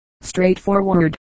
straightforward